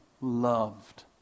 loved